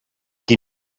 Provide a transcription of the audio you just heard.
qui